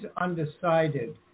undecided